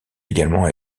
également